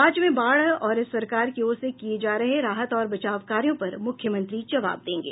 राज्य में बाढ़ और सरकार की ओर से किये जा रहे राहत और बचाव कार्यों पर मुख्यमंत्री जबाव देंगे